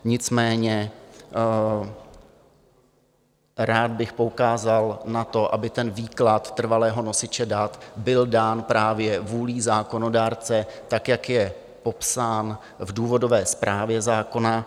Nicméně rád bych poukázal na to, aby výklad trvalého nosiče dat byl dán právě vůlí zákonodárce, jak je popsán v důvodové zprávě zákona.